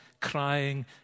crying